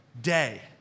day